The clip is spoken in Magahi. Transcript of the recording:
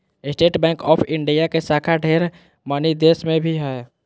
स्टेट बैंक ऑफ़ इंडिया के शाखा ढेर मनी देश मे भी हय